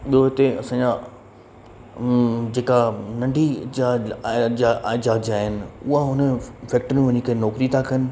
ॿियो हिते असांजा जेका नंढी ज़ाति जा आहिनि उहा हुन फैक्ट्री में वञी करे नौकिरी था कनि